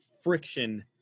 friction –